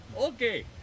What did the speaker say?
okay